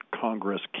Congress